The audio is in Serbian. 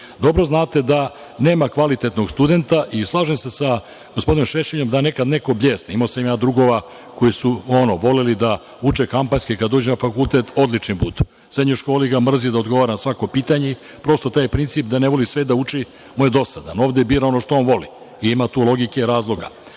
zante da nema kvalitetnog studenta i slažem se sa gospodinom Šešeljem da nekad neko bljesne. Imao sam drugova koji su voleli da uče kampanjski, kada dođu na fakultet, odlični budu. U srednjoj školi ga mrzi da odgovara na svako pitanje, prosto taj princip da ne voli sve da uči mu je dosadan, ovde bira ono što on voli i ima tu logike, razloga.